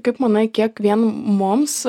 kaip manai kiek vien mums